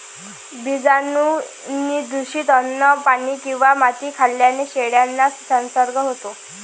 बीजाणूंनी दूषित अन्न, पाणी किंवा माती खाल्ल्याने शेळ्यांना संसर्ग होतो